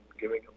giving